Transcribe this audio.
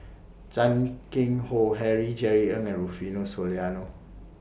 Chan Keng Howe Harry Jerry Ng and Rufino Soliano